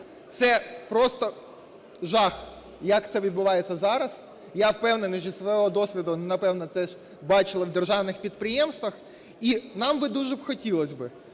Це просто жах, як це відбувається зараз! Я впевнений, що зі свого досвіду, напевно, це ж бачили в державних підприємствах. І нам дуже хотілося б,